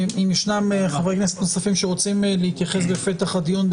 אם חברי כנסת נוספים רוצים להתייחס בפתח הדיון,